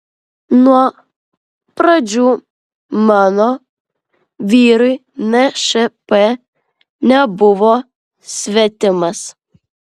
nuo pradžių mano vyrui nšp nebuvo svetimas